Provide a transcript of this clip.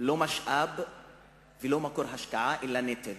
משאב ולא מקור השקעה, אלא נטל.